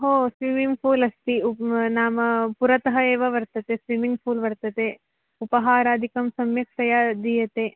हो स्विमिङ्ग् पूलस्ति उग् नाम पुरतः एव वर्तते स्विमिङ्ग् पूल् वर्तते उपहारादिकं सम्यक्तया दीयते